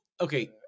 okay